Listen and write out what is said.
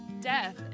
death